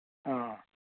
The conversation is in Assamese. অ'